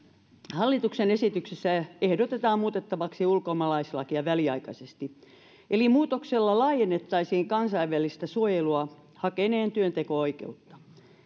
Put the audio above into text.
hallituksen esityksessä ehdotetaan muutettavaksi ulkomaalaislakia väliaikaisesti eli muutoksella laajennettaisiin kansainvälistä suojelua hakeneen työnteko oikeutta